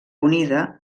unida